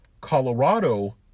Colorado